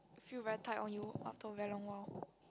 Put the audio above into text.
feel very tight on you after a very long while